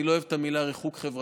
אני לא אוהב את המונח "ריחוק חברתי",